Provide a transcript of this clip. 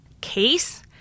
case